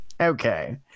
Okay